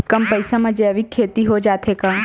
कम पईसा मा जैविक खेती हो जाथे का?